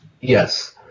Yes